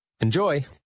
Enjoy